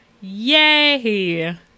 Yay